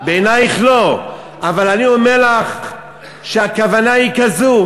בעינייך לא, אבל אני אומר לך שהכוונה היא כזו.